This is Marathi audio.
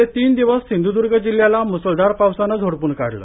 गेले तीन दिवस सिंध्दर्ग जिल्ह्याला म्सळधार पावसाने झोडपून काढलं